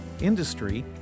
industry